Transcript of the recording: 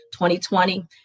2020